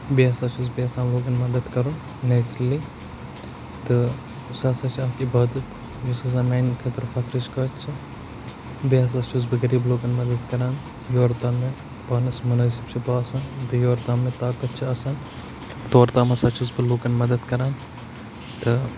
بیٚیہِ ہَسا چھُس بہٕ یَژھان لوٗکَن مَدَت کَرُن نیچرٔلی تہٕ سُہ ہَسا چھِ اَکھ عِبادت یُس ہَسا میٛانہِ خٲطرٕ فخرٕچ کَتھ چھےٚ بیٚیہِ ہَسا چھُس بہٕ غریٖب لوٗکَن مَدَت کَران یورٕ تام مےٚ پانَس مُنٲسِب چھِ باسان بیٚیہِ یور تام مےٚ طاقت چھِ آسان تور تام ہَسا چھُس بہٕ لوٗکَن مَدَت کَران تہٕ